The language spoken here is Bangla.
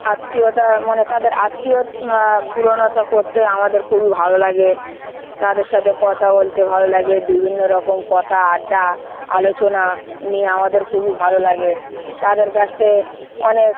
আত্মীয়তা মানে তাদের আত্মীয় পূুরণতা করতে আমাদের খুবই ভালো লাগে তাদের সাথে কথা বলতে ভালো লাগে বিভিন্ন রকম কথা আড্ডা আলোচনা নিয়ে আমাদের খুবই ভালো লাগে তাদের কাছ থেকে অনেক